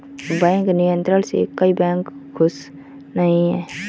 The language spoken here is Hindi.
बैंक नियंत्रण से कई बैंक खुश नही हैं